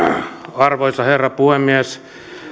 arvoisa herra puhemies